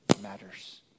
matters